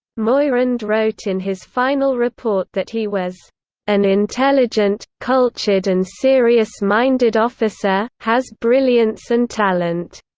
moyrand wrote in his final report that he was an intelligent, cultured and serious-minded officer has brilliance and talent